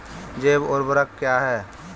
जैव ऊर्वक क्या है?